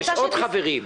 יש עוד חברים.